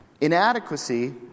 Inadequacy